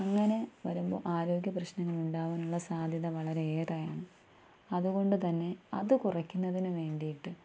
അങ്ങനെ വരുമ്പോൾ ആരോഗ്യ പ്രശ്നങ്ങൾ ഉണ്ടാവാനുള്ള സാധ്യത വളരെയേറെയാണ് അതുകൊണ്ടുതന്നെ അത് കുറക്കുന്നതിനു വേണ്ടിയിട്ട്